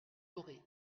dorée